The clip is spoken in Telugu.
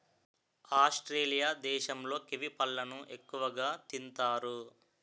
ఆస్ట్రేలియా దేశంలో కివి పళ్ళను ఎక్కువగా తింతారు